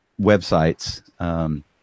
websites